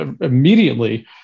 immediately